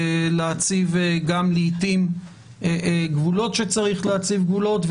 ולעתים גם להציב גבולות כשצריך להציב גבולות,